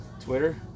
Twitter